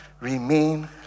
remain